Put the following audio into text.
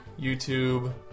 YouTube